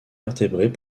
vertébrés